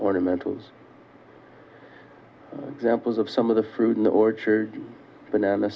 ornamentals examples of some of the fruit an orchard banana